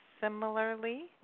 similarly